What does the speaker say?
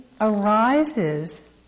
arises